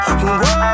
Whoa